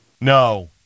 No